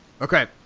Okay